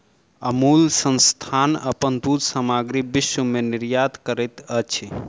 अमूल संस्थान अपन दूध सामग्री विश्व में निर्यात करैत अछि